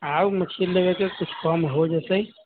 आउ मछली लेबऽ तऽ किछु कम हो जेतै